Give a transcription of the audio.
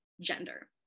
gender